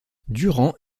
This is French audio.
durant